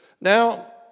Now